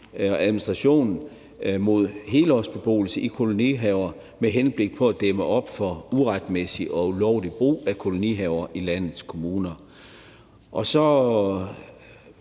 administration mod helårsbeboelse i kolonihaver med henblik på at dæmme op for uretmæssig og ulovlig brug af kolonihaver i landets kommuner. Til